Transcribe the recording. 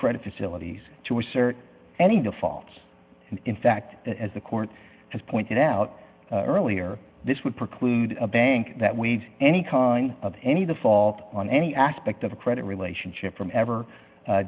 credit facilities to assert any defaults and in fact as the court has pointed out earlier this would preclude a bank that we've any kind of any the fault on any aspect of a credit relationship from ever